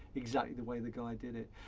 exactly the way the guy did it.